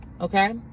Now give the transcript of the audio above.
okay